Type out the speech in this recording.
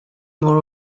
more